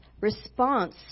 response